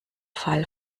fall